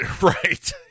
Right